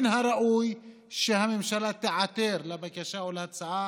מן הראוי שהממשלה תיעתר לבקשה או להצעה